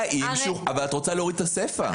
את רוצה להוריד את הסיפא.